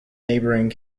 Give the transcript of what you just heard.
neighboring